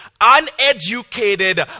Uneducated